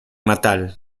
natal